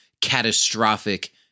catastrophic